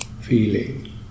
feeling